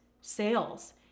sales